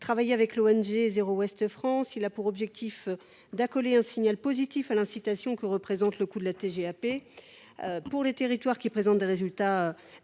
Travaillé avec l’ONG Zero Waste France, il a pour objectif d’accoler un signal positif à l’incitation que représente le coût de la TGAP, pour les territoires qui présente des résultats